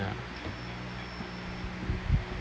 ya